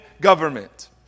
government